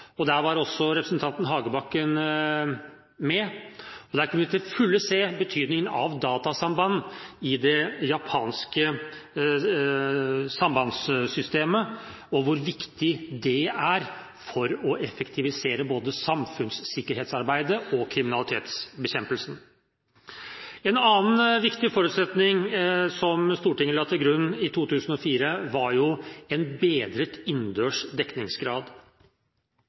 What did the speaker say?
der var også representanten Hagebakken med – og der kunne vi til fulle se betydningen av datasamband i det japanske sambandssystemet og hvor viktig det er for å effektivisere både samfunnssikkerhetsarbeidet og kriminalitetsbekjempelsen. En annen viktig forutsetning som Stortinget la til grunn i 2004, var en bedret innendørs dekningsgrad.